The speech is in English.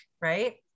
right